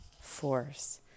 force